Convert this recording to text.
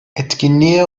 etkinliğe